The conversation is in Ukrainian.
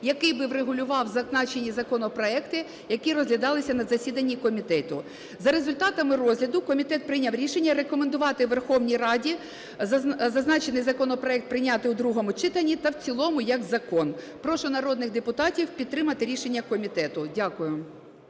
який би врегулював зазначені законопроекти, які розглядалися на засіданні комітету. За результатами розгляду комітет прийняв рішення рекомендувати Верховній Раді зазначений законопроект прийняти в другому читанні та в цілому як закон. Прошу народних депутатів підтримати рішення комітету. Дякую.